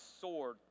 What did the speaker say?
sword